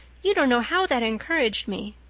you don't know how that encouraged me.